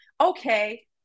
okay